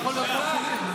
בושה.